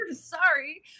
sorry